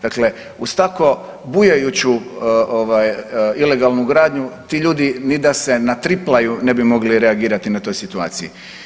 Dakle, uz tako bujajuću ovaj ilegalnu gradnju ti ljudi ni da se natriplaju ne bi mogli reagirati na toj situaciji.